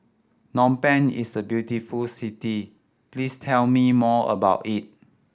Phnom Penh is a very beautiful city please tell me more about it